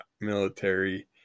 military